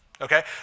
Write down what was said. okay